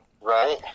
Right